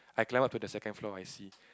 I climb up to the second floor I see